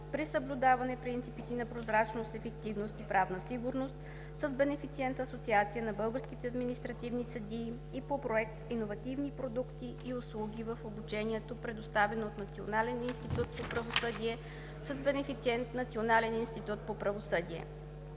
при съблюдаване принципите на прозрачност, ефективност и правна сигурност“ с бенефициент Асоциация на българските административни съдии и по проект „Иновативни продукти и услуги в обучението, предоставено от Национален институт по правосъдие“ с бенефициент Националния институт по правосъдие.